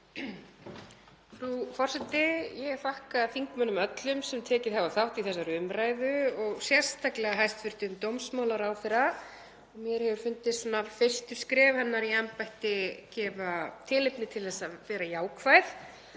Frú forseti. Ég þakka þingmönnum öllum sem tekið hafa þátt í þessari umræðu og sérstaklega hæstv. dómsmálaráðherra. Mér hefur fundist fyrstu skref hennar í embætti gefa tilefni til þess að vera jákvæð